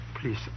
please